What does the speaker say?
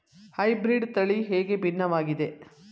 Hybrid ತಳಿ ಹೇಗೆ ಭಿನ್ನವಾಗಿದೆ?